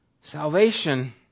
Salvation